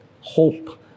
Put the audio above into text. hope